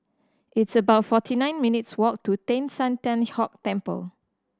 it's about forty nine minutes' walk to Teng San Tian Hock Temple